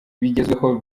bigezweho